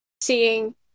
seeing